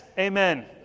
Amen